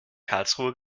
karlsruhe